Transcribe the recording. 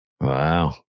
Wow